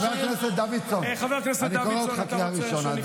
חבר הכנסת דוידסון, אני קורא אותך קריאה ראשונה.